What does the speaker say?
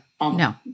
no